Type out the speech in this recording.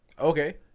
Okay